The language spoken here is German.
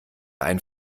ein